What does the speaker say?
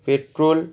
petrol